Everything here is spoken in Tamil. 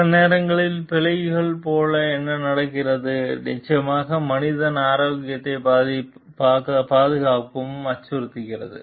சில நேரங்களில் பிழைகள் போல என்ன நடக்கிறது நிச்சயமாக மனித ஆரோக்கியத்தையும் பாதுகாப்பையும் அச்சுறுத்துகிறது